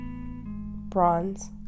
bronze